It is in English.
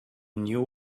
knew